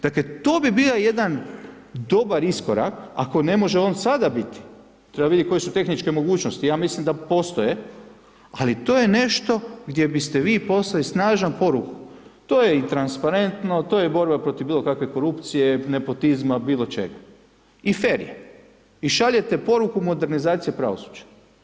Dakle, to bi bio jedan dobar iskorak, ako ne može on sada biti, treba vidjeti koje su tehničke mogućnosti, ja mislim da postoje, ali to je nešto gdje biste vi poslali snažnu poruku, to je i transparentno, to je borba protiv bilo kakve korupcije, nepotizma, bilo čega i fer je i šaljete poruku modernizacije pravosuđa.